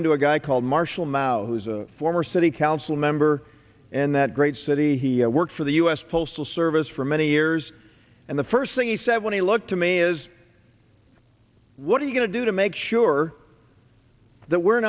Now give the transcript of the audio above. into a guy called marshall mao who's a former city council member and that great city he worked for the u s postal service for many years and the first thing he said when he looked to me is what are you going to do to make sure that we're